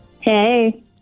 Hey